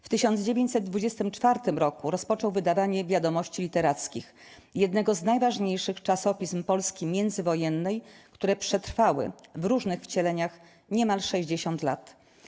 W 1924 roku rozpoczął wydawanie 'Wiadomości Literackich' - jednego z najważniejszych czasopism Polski międzywojennej - które przetrwały, w różnych wcieleniach, niemal 60 lat.